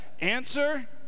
Answer